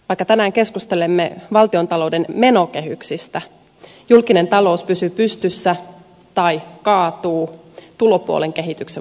vaikka tänään keskustelemme valtiontalouden menokehyksistä julkinen talous pysyy pystyssä tai kaatuu tulopuolen kehityksen mukana